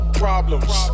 problems